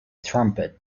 trumpet